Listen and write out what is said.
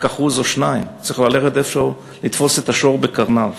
1% או 2%; צריך לתפוס את השור בקרניו.